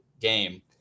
game